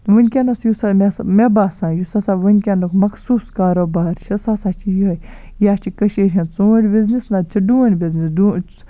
ؤنکیٚنس یُس ہا مےٚ باسان یُس ہسا ؤنکیٚنُک مَخصوٗس کاروبار چھُ سُہ سا چھُ یِہوے یا چھُ کٔشیٖر ہُند ژوٗنٹھ بِزنٮ۪س نہ تہٕ چھُ ڈوٗنۍ بِزِنٮ۪س